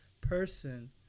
person